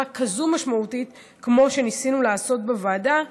כזאת משמעותית כמו שניסינו לעשות בוועדה.